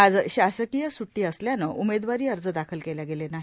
आज शासकिय सुटी असल्यानं उमेदवारी अर्ज दाखल केल्या गेले नाही